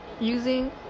using